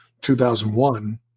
2001